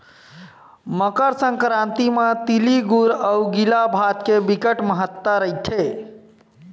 मकर संकरांति म तिली गुर अउ गिला भात के बिकट महत्ता रहिथे